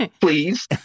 please